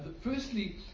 Firstly